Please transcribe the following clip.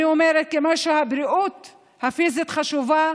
אני אומרת שכמו שהבריאות הפיזית חשובה